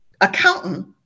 accountant